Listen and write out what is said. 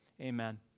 amen